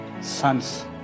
sons